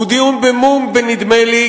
הוא דיון במשא-ומתן בנדמה-לי,